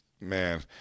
man